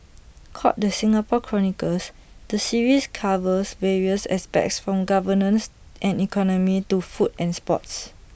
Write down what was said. called the Singapore chronicles the series covers various aspects from governance and economy to food and sports